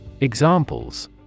Examples